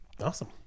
awesome